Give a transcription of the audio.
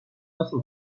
nasıl